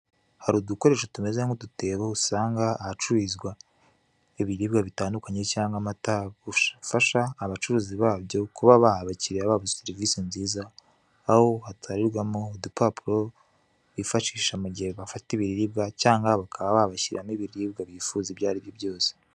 Hari udukoresho tumeze nk'udutebo usanga ahacururizwa ibiribwa bitandukanye cyangwa amata, gufasha abacuruzi babyo kuba baha abakiliya babo serivise nziza, aho hatererwamo udupapuro, bifashisha mugihe bafata ibiribwa, cyangwa bakaba babashyiriramo ibiribwa bifuza ibyo ari byo byose.